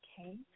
Okay